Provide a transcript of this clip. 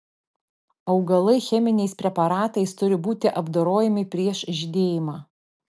augalai cheminiais preparatais turi būti apdorojami prieš žydėjimą